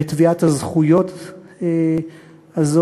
ואת תביעת הזכויות הזאת,